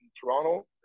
Toronto